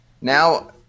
Now